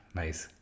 nice